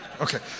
Okay